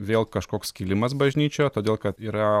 vėl kažkoks skilimas bažnyčioje todėl kad yra